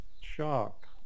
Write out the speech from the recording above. shock